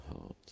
heart